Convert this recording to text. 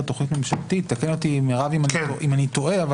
תכנית ממשלתית תתקן אותי מרב אם אני טועה.